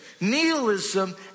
nihilism